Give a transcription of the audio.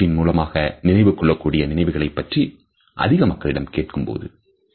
காட்சியின் மூலமாக நினைவு கொள்ளகூடிய நினைவுகளை பற்றி அதிக மக்களிடம் கேட்கும்போது